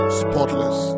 spotless